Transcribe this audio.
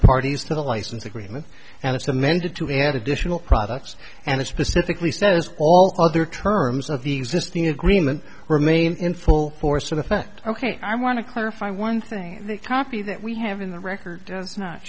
parties to the license agreement and it's amended to add additional products and it specifically says all other terms of the existing agreement remain in full force of effect ok i want to clarify one thing the copy that we have in the record